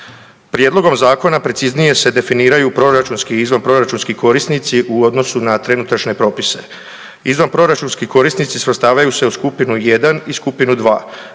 Prijedlogom zakona preciznije se definiraju proračunski i izvanproračunski korisnici u odnosu na trenutačne propise. Izvanproračunski korisnici svrstavaju se u skupinu 1. i skupinu 2..